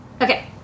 Okay